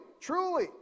truly